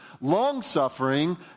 long-suffering